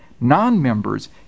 non-members